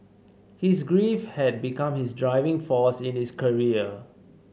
his grief had become his driving force in his career